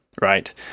Right